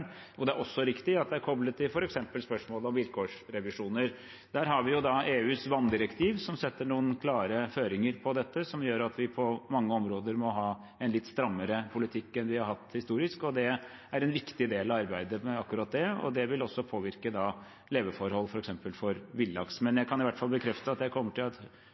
Det er også riktig at det er koblet til f.eks. spørsmålet om vilkårsrevisjoner. Der har vi EUs vanndirektiv, som setter noen klare føringer for dette, som gjør at vi på mange områder må ha en litt strammere politikk enn vi har hatt historisk. Det er en viktig del av arbeidet med akkurat det, og det vil også påvirke leveforholdene f.eks. for villaks. Men jeg kan i hvert fall bekrefte at jeg kommer til å